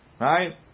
Right